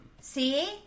See